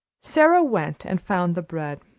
sara went and found the bread.